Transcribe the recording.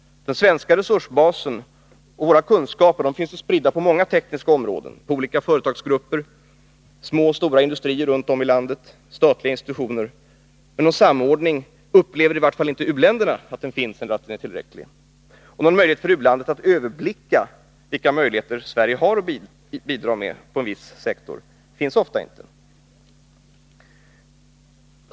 Den svenska 6 å ä 7 5 maj 1982 resursbasen och våra kunskaper finns ju spridda på många tekniska områden; på olika företagsgrupper, Småsoch stora industrier och statliga Irlernatlonellt institutioner runt om i landet. Många u-länder upplever att det inte finns utvecklingssamarnågon samordning eller att den är otillräcklig. Någon möjlighet för u-landet belé mm att överblicka vilka möjligheter Sverige har att bidra på en viss sektor finns ofta inte.